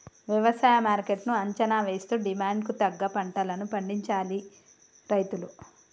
వ్యవసాయ మార్కెట్ ను అంచనా వేస్తూ డిమాండ్ కు తగ్గ పంటలను పండించాలి రైతులు